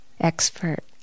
expert